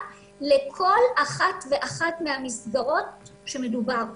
לכל אחת ואחת מהמסגרות שמדובר עליהן.